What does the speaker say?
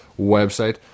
website